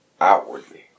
outwardly